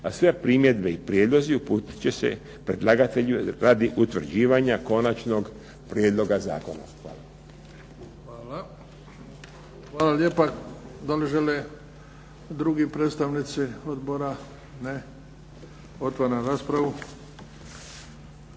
a sve primjedbe i prijedlozi uputit će se predlagatelju radi utvrđivanja konačnog prijedloga zakona. Hvala. **Bebić, Luka (HDZ)** Hvala lijepa. Da li žele drugi predstavnici odbora? Ne. Otvaram raspravu.